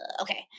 okay